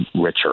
richer